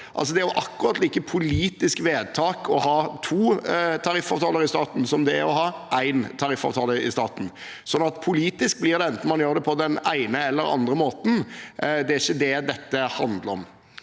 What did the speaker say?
jo et akkurat like politisk vedtak å ha to tariffavtaler i staten som det er å vedta å ha én tariffavtale i staten. Så politisk blir det enten man gjør det på den ene eller andre måten, det er ikke det dette handler om.